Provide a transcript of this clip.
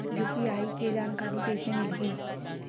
UPI के जानकारी कइसे मिलही?